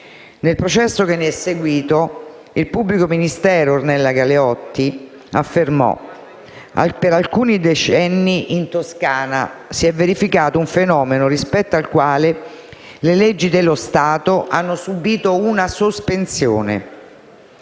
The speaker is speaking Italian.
Nel processo che ne è seguito il pubblico ministero Ornella Galeotti ha affermato che per alcuni decenni in Toscana si è verificato un fenomeno rispetto al quale le leggi dello Stato hanno subìto una sospensione.